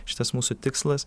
šitas mūsų tikslas